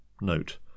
Note